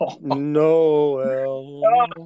no